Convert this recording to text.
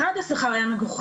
אחד, השכר היה מגוחך.